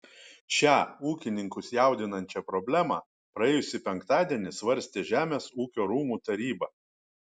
šią ūkininkus jaudinančią problemą praėjusį penktadienį svarstė žemės ūkio rūmų taryba